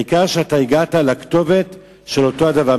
העיקר שאתה הגעת לכתובת של אותו אדם.